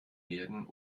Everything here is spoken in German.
werden